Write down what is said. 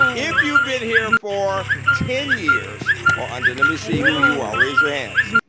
if you've been here for ten years or under. let me see who you are, raise your hands.